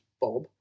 Bob